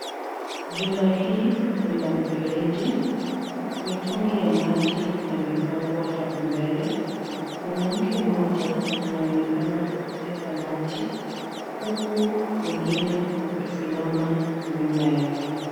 Jumba hii ni la mfereji. Mitungi ya maji yamepangwa hapo mbele. Mwanamke mmoja anaonekana akiteka maji huku wengine wakisimama nyuma yake.